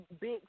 big